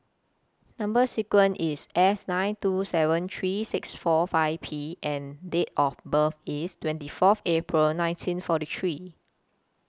Number sequence IS S nine two seven three six four five P and Date of birth IS twenty Fourth April nineteen forty three